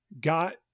got